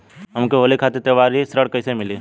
हमके होली खातिर त्योहारी ऋण कइसे मीली?